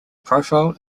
profile